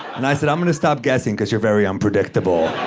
and i said, i'm gonna stop guessing because you're very unpredictable.